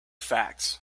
facts